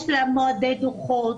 יש להם מועדי דוחות,